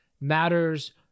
matters